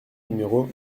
numéro